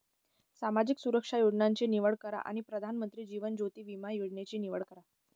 सामाजिक सुरक्षा योजनांची निवड करा आणि प्रधानमंत्री जीवन ज्योति विमा योजनेची निवड करा